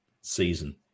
season